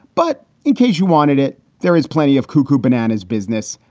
but in case you wanted it, there is plenty of cuckoo bananas business,